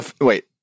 Wait